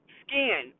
skin